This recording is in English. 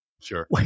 Sure